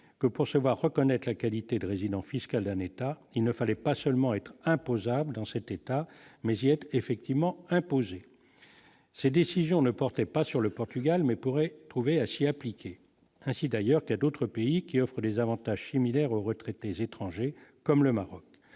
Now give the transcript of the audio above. que pour se voir reconnaître la qualité de résident fiscal d'un État, il ne fallait pas seulement être imposables dans cet état mais il effectivement imposer ses décisions ne portait pas sur le Portugal, mais pourrait trouver acier appliquer, ainsi d'ailleurs que d'autres pays qui offrent des avantages similaires aux retraités les étrangers comme le Maroc,